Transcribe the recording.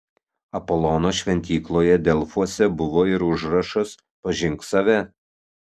apolono šventykloje delfuose buvo ir užrašas pažink save